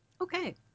Okay